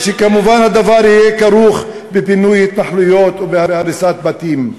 ומובן שהדבר יהיה כרוך בפינוי התנחלויות ובהריסת בתים.